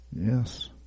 Yes